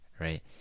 right